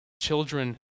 Children